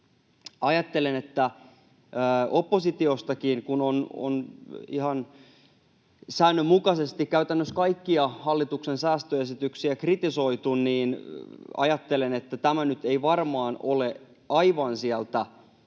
Ajattelen, että kun on ihan säännönmukaisesti käytännössä kaikkia hallituksen säästöesityksiä kritisoitu, niin tämä nyt ei varmaan ole aivan sieltä